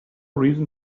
reason